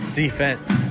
defense